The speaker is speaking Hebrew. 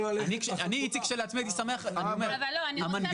אני כשלעצמי הייתי שמח אבל אני אומר --- אני רוצה להגיד